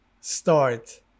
start